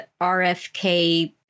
RFK